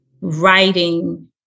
writing